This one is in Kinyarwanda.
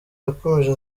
yakomeje